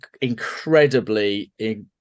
incredibly